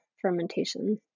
fermentation